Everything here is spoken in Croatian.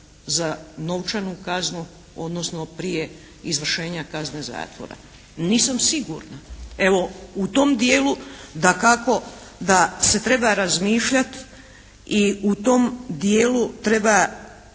za novčanu kaznu, odnosno prije izvršenja kazne zatvora. Nisam sigurna. Evo u tom dijelu dakako da se treba razmišljati i u tom dijelu treba